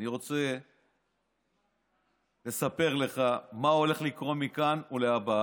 אני רוצה לספר לך מה הולך לקרות מכאן ולהבא.